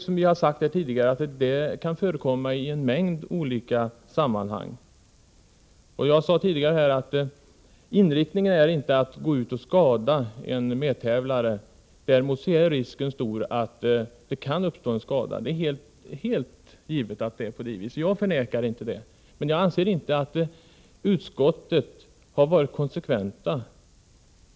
Som vi har sagt tidigare kan sådana skaderisker förekomma i en mängd olika sammanhang, men inriktningen är ju inte att gå ut att skada en medtävlare. Däremot är risken stor att skada kan uppstå. Det är helt givet och jag förnekar inte det. Men jag anser inte att utskottet har varit konsekvent.